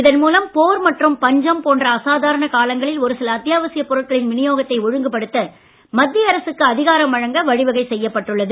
இதன் மூலம் போர் மற்றும் பஞ்சம் போன்ற அசாதாரண காலங்களில் ஓருசில அத்தியாவசியப் பொருட்களின் விநியோகத்தை ஒழுங்குபடுத்த மத்திய அரசுக்கு அதிகாரம் வழங்க வழி வகை செய்யப்பட்டுள்ளது